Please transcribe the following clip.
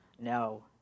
No